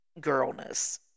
girlness